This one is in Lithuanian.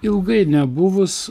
ilgai nebuvus